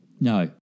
No